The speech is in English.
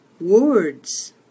words